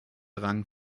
rang